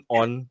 on